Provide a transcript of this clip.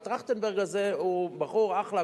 הטרכטנברג הזה הוא בחור אחלה,